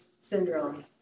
Syndrome